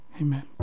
amen